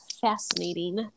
fascinating